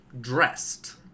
dressed